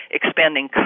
expanding